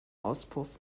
auspuff